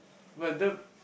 will the